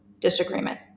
disagreement